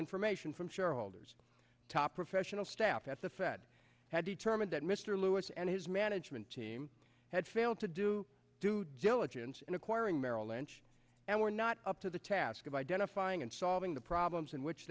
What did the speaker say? information from shareholders top professional staff at the fed had determined that mr lewis and his management team had failed to do due diligence in acquiring merrill lynch and were not up to the task of identifying and solving the problems in which